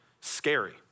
scary